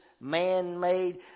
man-made